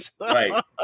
Right